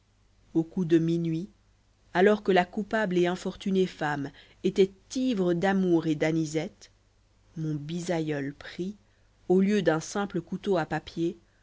au coup de minuit alors que la coupable et infortunée femme était ivre d'amour et d'anisette mon bisaïeul prit au lieu d'un simple couteau à papier